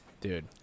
dude